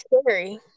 scary